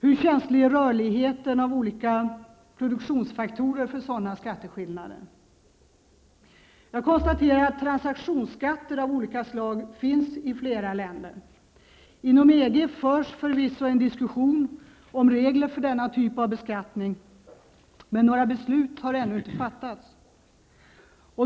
Hur känslig är rörligheten i fråga om olika produktionsfaktorer för sådana skatteskillnader? Jag konstaterar att transaktionsskatter av olika slag finns i flera länder. Inom EG förs förvisso en diskussion om regler för denna typ av beskattning, men några beslut har ännu inte fattats.